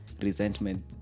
resentment